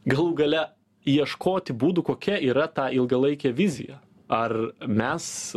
galų gale ieškoti būdų kokia yra ta ilgalaikė vizija ar mes